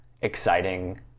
exciting